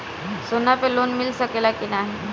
सोना पे लोन मिल सकेला की नाहीं?